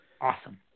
awesome